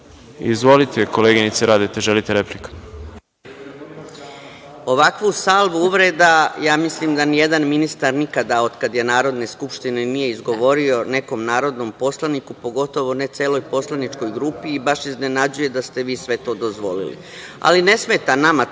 misao. Izvolite, koleginice Radeta, želite repliku. **Vjerica Radeta** Ovakvu salvu uvreda ja mislim da nijedan ministar nikada, od kada je Narodne skupštine, nije izgovorio nekom narodnom poslaniku, pogotovo ne celoj poslaničkoj grupi i baš iznenađuje da ste vi sve to dozvolili. Ali, ne smeta nama